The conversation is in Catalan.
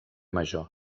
major